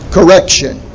Correction